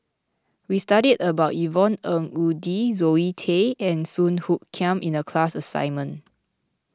we studied about Yvonne Ng Uhde Zoe Tay and Song Hoot Kiam in the class assignment